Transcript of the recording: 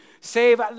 save